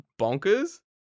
bonkers